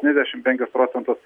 dvidešim penkis procentus